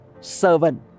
servant